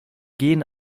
gehen